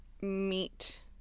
meet